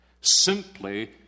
simply